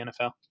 NFL